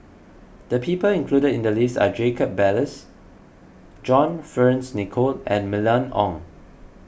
the people included in the list are Jacob Ballas John Fearns Nicoll and Mylene Ong